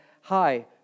hi